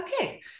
okay